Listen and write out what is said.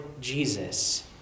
Jesus